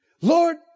Lord